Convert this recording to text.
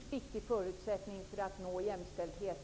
Fru talman! En väldigt viktig förutsättning för att nå jämställdhet